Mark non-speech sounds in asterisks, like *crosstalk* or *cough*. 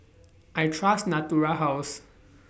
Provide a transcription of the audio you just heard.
*noise* I Trust Natura House